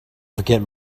forget